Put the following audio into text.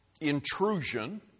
intrusion